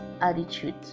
attitude